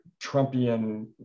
Trumpian